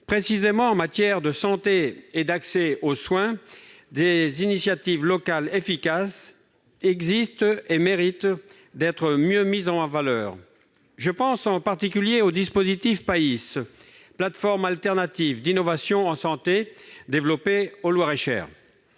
Précisément, en matière de santé et d'accès aux soins, des initiatives locales efficaces existent et méritent d'être mieux mises en valeur. Je pense en particulier au dispositif PAIS, plateforme alternative d'innovation en santé, qui est